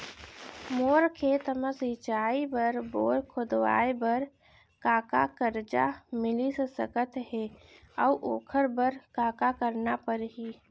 मोर खेत म सिंचाई बर बोर खोदवाये बर का का करजा मिलिस सकत हे अऊ ओखर बर का का करना परही?